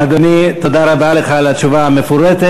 אדוני, תודה רבה לך על התשובה המפורטת.